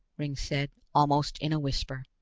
ringg said, almost in a whisper.